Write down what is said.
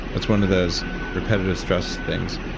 that's one of those repetitive stress things.